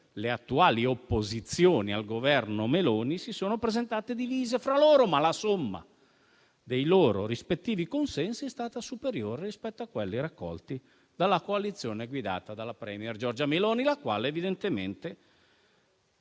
le attuali opposizioni al Governo Meloni si sono presentate divise fra loro, ma la somma dei loro rispettivi consensi è stata superiore rispetto a quelli raccolti dalla coalizione guidata dalla *premier* Giorgia Meloni, la quale, evidentemente